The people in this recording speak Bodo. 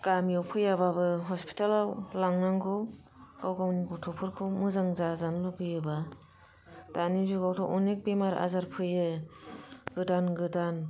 गामियाव फैयाबाबो हस्पितालआव लांनांगौ गाव गावनि गथ'फोरखौ मोजां जाजानो लुगैयोबा दानि जुगआवथ' अनेक बेमार आजार फैयो गोदान गोदान